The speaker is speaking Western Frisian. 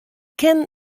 ken